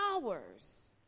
hours